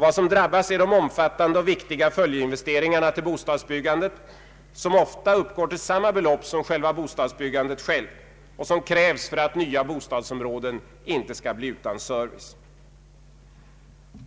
Vad som drabbas är de omfattande och viktiga följdinvesteringarna till bostadsbyggandet, vilka ofta uppgår till samma belopp som själva bostadsbyggandet och krävs för att nya bostadsområden inte skall bli utan service.